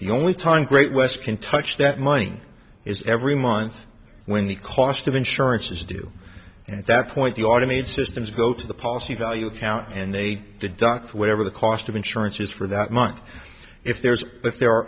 the only time great wes can touch that money is every month when the cost of insurance is due at that point the automated systems go to the policy value count and they deduct whatever the cost of insurance is for that month if there's if there are